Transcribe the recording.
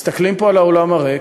הם מסתכלים פה על האולם הריק,